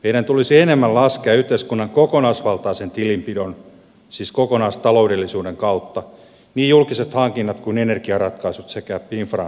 meidän tulisi enemmän laskea yhteiskunnan kokonaisvaltaisen tilinpidon siis kokonaistaloudellisuuden kautta niin julkiset hankinnat kuin energiaratkaisut sekä infran rakentaminen